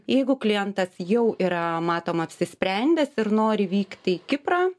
jeigu klientas jau yra matoma apsisprendęs ir nori vykti į kiprą